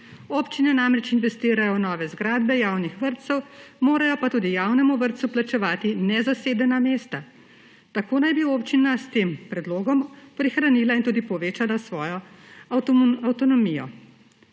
Občine namreč investirajo v nove zgradbe javnih vrtcev, morajo pa tudi javnemu vrtcu plačevati nezasedena mesta. Tako naj bi občina s tem predlogom prihranila in tudi povečala svojo avtonomijo.